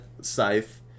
Scythe